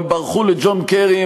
הם ברחו לג'ון קרי,